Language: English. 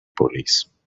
police